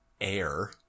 air